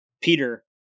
Peter